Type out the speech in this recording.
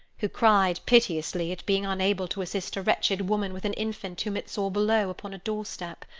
who cried piteously at being unable to assist a wretched woman with an infant, whom it saw below, upon a door-step.